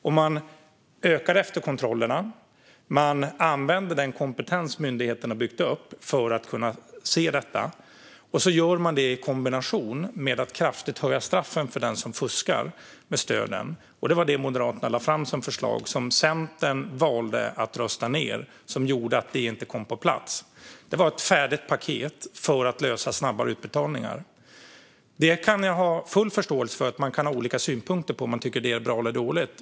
Det handlar alltså om att öka antalet efterkontroller, använda den kompetens som myndigheterna har byggt upp för att se detta och göra detta i kombination med att man kraftigt höjer straffen för den som fuskar med stöden. Det var detta förslag som Moderaterna lade fram men som Centern valde att rösta ned, vilket gjorde att det inte kom på plats. Det var ett färdigt paket för att lösa problemet och få till stånd snabbare utbetalningar. Jag kan ha full förståelse för att man kan ha olika synpunkter på om det är bra eller dåligt.